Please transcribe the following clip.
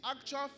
actual